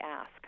ask